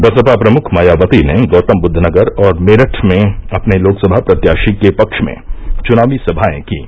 बसपा प्रमुख मायावती ने र्गोतमबुद्दनगर और मेरठ में अपने लोकसभा प्रत्याशी के पक्ष में चुनावी सभायें कीं